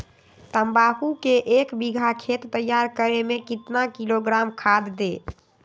तम्बाकू के एक बीघा खेत तैयार करें मे कितना किलोग्राम खाद दे?